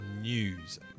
News